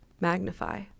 magnify